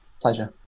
Pleasure